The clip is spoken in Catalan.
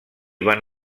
van